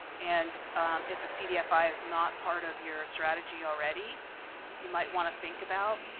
and if a cdfi is not part of your strategy already you might want to think about,